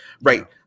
right